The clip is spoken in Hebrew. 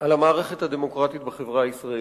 על המרחב הדמוקרטי בחברה הישראלית.